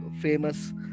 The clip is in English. famous